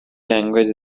language